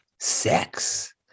sex